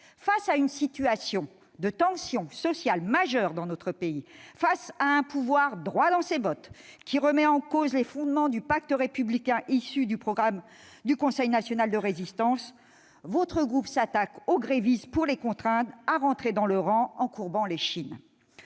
Dans une situation de tension sociale majeure, où un pouvoir « droit dans ses bottes » remet en cause les fondements du pacte républicain issu du programme du Conseil national de la résistance, votre groupe s'attaque aux grévistes pour les contraindre à rentrer dans le rang en courbant l'échine.